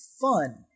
fun